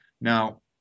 now